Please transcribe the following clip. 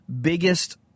biggest